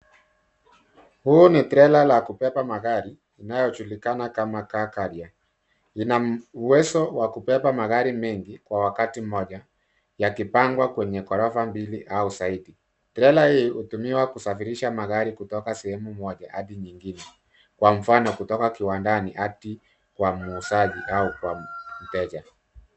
Huu ni trela la kubeba magari inayojulikana kama car carrier . Ina uwezo wa kubeba magari mengi kwa wakati mmoja yakipangwa kwenye ghorofa mbili au zaidi. Trela hii hutumiwa kusafirisha magari kutoka sehemu moja hadi nyingine kwa mfano kutoka kiwandani hadi kwa muuzaji au kwa mteja.